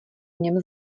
něm